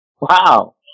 Wow